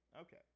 Okay